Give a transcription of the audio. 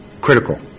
critical